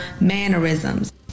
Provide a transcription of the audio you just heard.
mannerisms